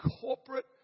corporate